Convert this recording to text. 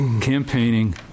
campaigning